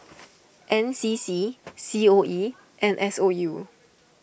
N C C C O E and S O U